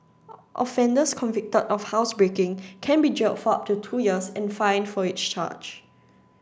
offenders convicted of housebreaking can be jailed for up to two years and fined for each charge